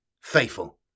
faithful